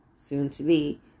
soon-to-be